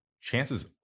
chances